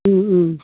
Om Om